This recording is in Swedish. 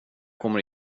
kommer